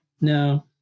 no